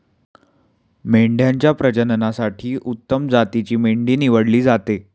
मेंढ्यांच्या प्रजननासाठी उत्तम जातीची मेंढी निवडली जाते